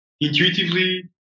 intuitively